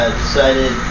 decided